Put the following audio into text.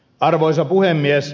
arvoisa puhemies